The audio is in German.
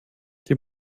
die